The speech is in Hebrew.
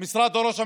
משרד ראש הממשלה,